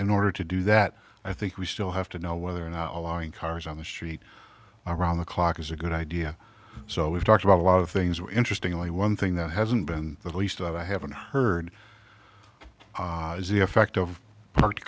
in order to do that i think we still have to know whether or not allowing cars on the street around the clock is a good idea so we've talked about a lot of things were interesting only one thing that hasn't been the least i haven't heard is the effect of park